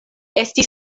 estas